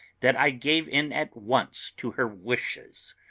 that i gave in at once to her wishes.